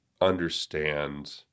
understand